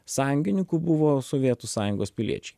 sąjungininkų buvo sovietų sąjungos piliečiai